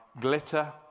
glitter